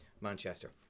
Manchester